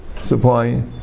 supply